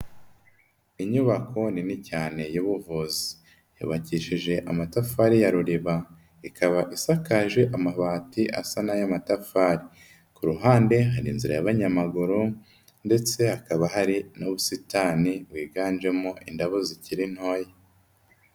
Inyubako nini cyane y'ubuvuzi. Yubakishije amatafari ya ruriba, ikaba isakaje amabati asa n'aya matafari. Ku ruhande hari inzira y'abanyamaguru, ndetse hakaba hari n'ubusitani, bwiganjemo indabo zikiri ntoya.